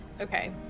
Okay